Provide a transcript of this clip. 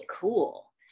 cool